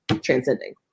transcending